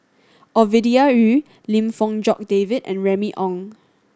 Ovidia Yu Lim Fong Jock David and Remy Ong